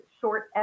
short